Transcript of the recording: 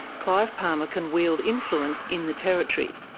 clive palmer can wield influence in the territory.